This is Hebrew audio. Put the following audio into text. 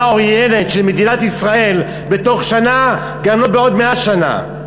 העוינת של מדינת ישראל בתוך שנה גם לא בעוד 100 שנה.